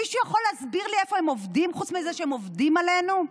מישהו יכול להסביר לי איפה הם עובדים חוץ מזה שהם עובדים עלינו?